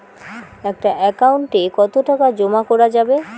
একটা একাউন্ট এ কতো টাকা জমা করা যাবে?